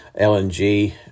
LNG